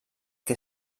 que